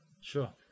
sure